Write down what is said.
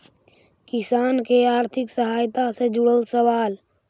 किसान के आर्थिक सहायता से जुड़ल सवाल?